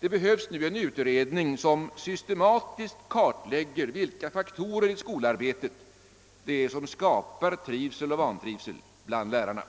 Det behövs nu en utredning som systematiskt kartlägger vilka faktorer i skolarbetet det är som skapar trivsel och vantrivsel bland lärarna.